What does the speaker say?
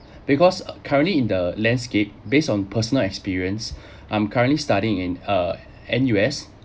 because currently in the landscape based on personal experience I'm currently studying in uh N_U_S